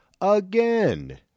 Again